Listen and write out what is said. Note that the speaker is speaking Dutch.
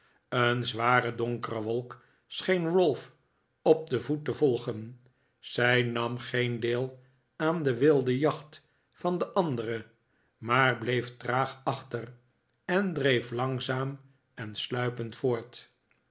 een zware donkere wolk scheen ralph op den voet te volgen zij nam geen deel aan de wilde jacht van de andere maar bleef traag achter en dreef langzaam en sluipend voort